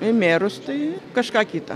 į merus tai kažką kitą